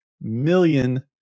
million